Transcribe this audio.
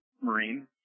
Marine